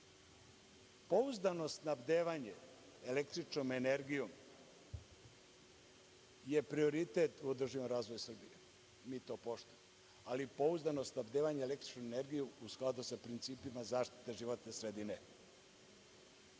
Pouzdano snabdevanje električnom energijom je prioritet u održivom razvoju Srbije. Mi to poštujemo. Ali, pouzdano snabdevanje električnom energijom u skladu sa principima zaštite životne sredine. Treba